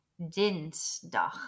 dinsdag